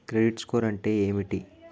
Credit score అంటే ఏమిటి?